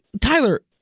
Tyler